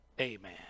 Amen